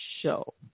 show